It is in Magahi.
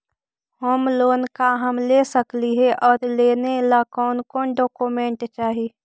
होम लोन का हम ले सकली हे, और लेने ला कोन कोन डोकोमेंट चाही?